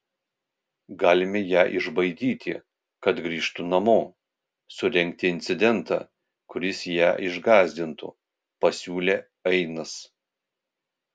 galime ją išbaidyti kad grįžtų namo surengti incidentą kuris ją išgąsdintų pasiūlė ainas